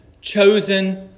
chosen